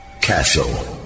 Castle